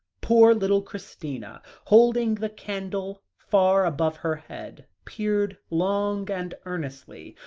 poor little christina, holding the candle far above her head, peered long and earnestly,